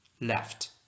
left